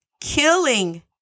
killing